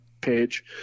page